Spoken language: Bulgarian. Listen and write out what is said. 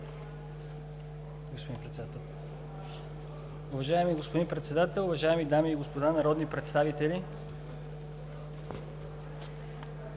господин Председател, уважаеми дами и господа народни представители!